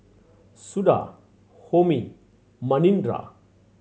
Suda Homi Manindra